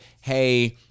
hey